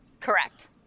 Correct